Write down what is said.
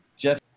Jeff